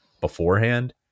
beforehand